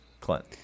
Clint